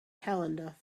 calendar